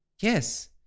Yes